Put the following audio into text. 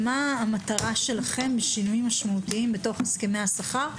מה המטרה שלכם לגבי שינויים משמעותיים בתוך הסכמי השכר,